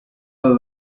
bana